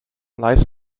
lies